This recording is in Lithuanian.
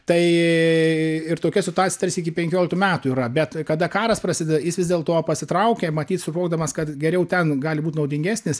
tai ir tokia situacija tarsi iki penkioliktų metų yra bet kada karas prasideda jis vis dėlto pasitraukia matyt suvokdamas kad geriau ten gali būt naudingesnis